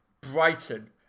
brighton